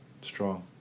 Strong